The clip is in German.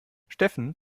steffen